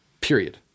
Period